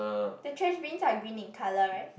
the trash bins are green in colour right